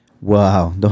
Wow